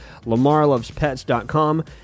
LamarLovesPets.com